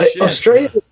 Australia